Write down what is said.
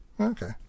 Okay